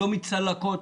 לא מצלקות,